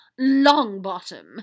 Longbottom